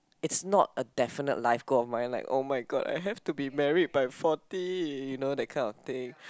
it's not a definite life goal and I'm like oh-my-god I have to be married by forty you know that kind of thing